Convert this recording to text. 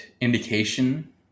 indication